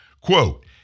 Quote